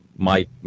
Mike